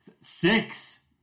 six